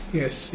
yes